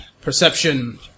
perception